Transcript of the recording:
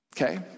Okay